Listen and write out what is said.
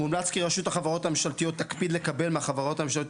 "מומלץ כי רשות החברות הממשלתיות תקפיד לקבל מהחברות הממשלתיות